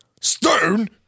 Stone